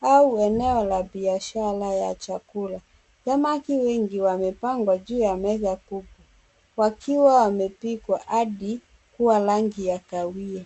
au eneo la biashara ya chakula. Samaki wengi wamepangwa juu ya meza kubwa wakiwa wamepikwa hadi kuwa rangi ya kahawia.